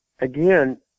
Again